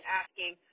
asking